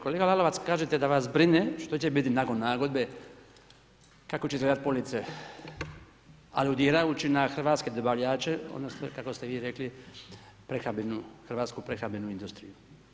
Kolega Lalovac, kažete da vas brine šta će biti nakon nagodbe, kako će izgledati police, aludirajući na hrvatske dobavljače odnosno kako ste vi rekli hrvatsku prehrambenu industriju.